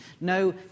no